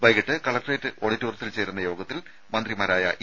വൈകിട്ട് കലക്ടറേറ്റ് ഓഡിറ്റോറിയത്തിൽ ചേരുന്ന യോഗത്തിൽ മന്ത്രിമാരായ ഇ